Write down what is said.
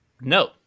No